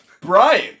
Brian